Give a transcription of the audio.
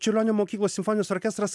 čiurlionio mokyklos simfoninis orkestras